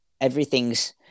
everything's